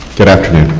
good afternoon.